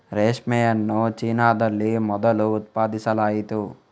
ರೇಷ್ಮೆಯನ್ನು ಚೀನಾದಲ್ಲಿ ಮೊದಲು ಉತ್ಪಾದಿಸಲಾಯಿತು